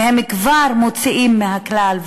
והם כבר מוציאים מהכלל,